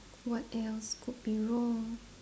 what else could be wrong